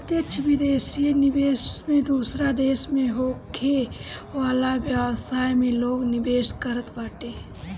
प्रत्यक्ष विदेशी निवेश में दूसरा देस में होखे वाला व्यवसाय में लोग निवेश करत बाटे